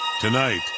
Tonight